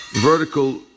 vertical